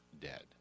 dead